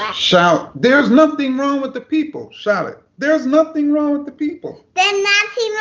ah shout, there's nothing wrong with the people, shout it, there's nothing wrong with the people! there's